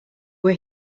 were